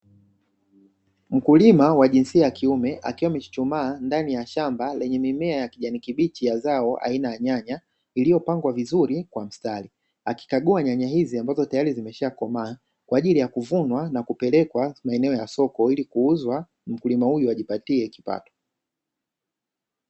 Mkulima wa jinsia ya kiume akiwa amechuchumaa ndani ya shamba lenye mimea ya kijani kibichi ya zao aina ya nyanya iliyopangwa vizuri kwa mstari akikagua nyanya hizi ambazo tayari zimeshakomaa kwa ajili ya kuvunwa na kupelekwa maeneo ya soko ili kuuzwa mkulima huyu ajipatie kipato